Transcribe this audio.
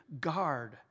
guard